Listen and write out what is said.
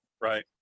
Right